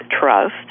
trust